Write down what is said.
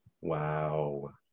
Wow